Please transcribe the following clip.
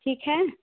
ठीक हे